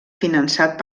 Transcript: finançat